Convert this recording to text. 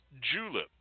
julep